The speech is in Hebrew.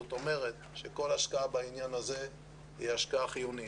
זאת אומרת שכל השקעה בעניין הזה היא השקעה חיונית.